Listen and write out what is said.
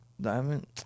Diamond